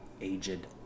aged